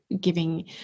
giving